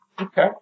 Okay